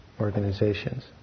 organizations